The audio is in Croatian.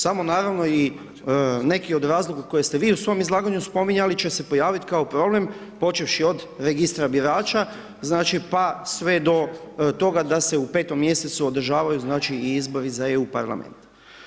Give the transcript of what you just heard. Samo naravno i neki od razloga koje ste vi u svom izlaganju spominjali će se pojaviti kao problem, počevši od registra birača, znači, pa sve do toga da se u petom mjesecu održavaju i izbori za EU parlament.